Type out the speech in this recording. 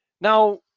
Now